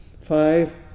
five